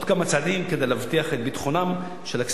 כדי להבטיח את ביטחונם של כספי האזרחים.